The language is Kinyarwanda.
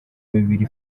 bibiri